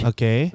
Okay